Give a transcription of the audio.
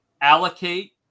allocate